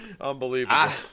Unbelievable